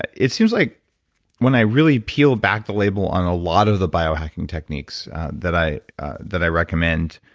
it seems like when i really peel back the label on a lot of the biohacking techniques that i that i recommend,